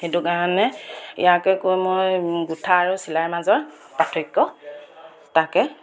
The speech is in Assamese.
সেইটো কাৰণে ইয়াকে কৈ মই গোঁঠা আৰু চিলাইৰ মাজৰ পাৰ্থক্য তাকে